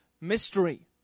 mystery